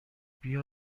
بیا